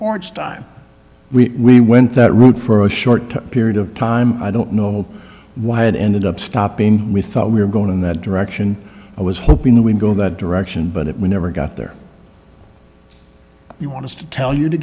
court's time we went that route for a short period of time i don't know why it ended up stopping we thought we were going in that direction i was hoping we'd go that direction but it we never got there you want us to tell you to